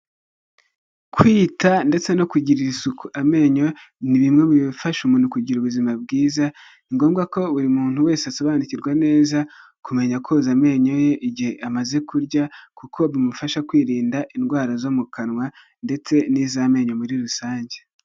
Kwita ndetse no kugirira isuku amenyo ni bimwe bifasha umuntu kugira ubuzima bwiza. Ni ngombwa ko buri muntu wese asobanukirwa neza kumenya koza amenyo ye igihe amaze kurya, kuko bimufasha kwirinda indwara zo mu kanwa ndetse n'iz'amenyo muri rusange.